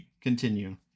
continue